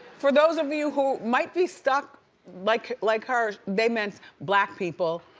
for those of you who might be stuck like like her, they meant black people,